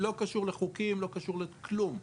לא קשור לחוקים, לא קשור לכלום.